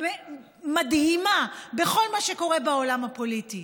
מדהימה בכל מה שקורה בעולם הפוליטי.